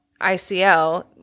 icl